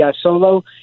solo